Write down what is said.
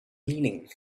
meaning